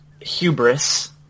hubris